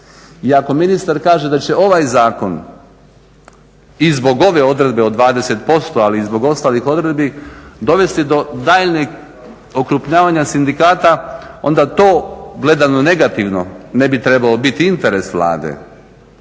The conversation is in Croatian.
I ako ministar kaže da će ovaj zakon i zbog ove odredbe od 20%, ali i zbog ostalih odredbi dovesti do daljnjeg okrupnjavanja sindikata onda to gledano negativno ne bi trebao biti interes Vlade.